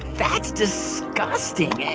that's disgusting.